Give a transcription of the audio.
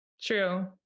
True